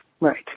right